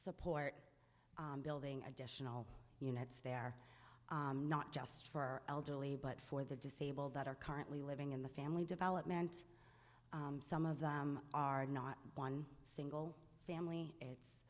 support building additional units there not just for our elderly but for the disabled that are currently living in the family development some of them are not one single family it's